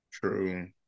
True